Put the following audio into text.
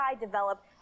develop